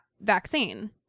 vaccine